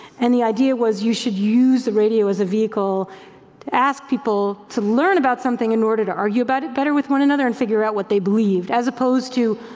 and the idea was you should use the radio as a vehicle to ask people to learn about something in order to argue about it better with one another and figure out what they believed, as opposed to